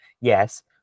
Yes